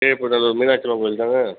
கீழப்பநல்லூர் மீனாட்சியம்மன் கோயில் தானே